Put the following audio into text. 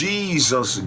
Jesus